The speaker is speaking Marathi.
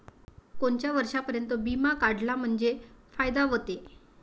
कोनच्या वर्षापर्यंत बिमा काढला म्हंजे फायदा व्हते?